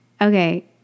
Okay